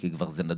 כי זה כבר נדוש.